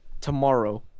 tomorrow